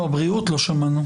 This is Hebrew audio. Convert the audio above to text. בריאות לא שמענו.